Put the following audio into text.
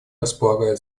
располагает